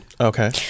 Okay